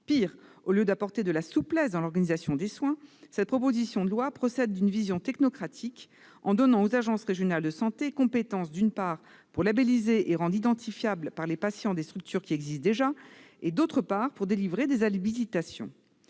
Pis, au lieu d'apporter de la souplesse dans l'organisation des soins, cette proposition de loi procède d'une vision technocratique, en donnant aux agences régionales de santé compétence, d'une part, pour labelliser et rendre identifiables par les patients des structures qui existent déjà et, d'autre part, pour délivrer des habilitations.